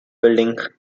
building